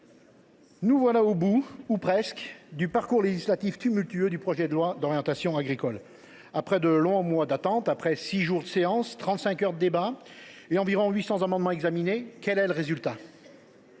nous voilà au bout, ou presque, du parcours législatif tumultueux du projet de loi d’orientation agricole. Après de longs mois d’attente, six jours de séance, trente cinq heures de débats et environ huit cents amendements examinés, quel est le résultat ?